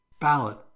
ballot